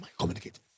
communicate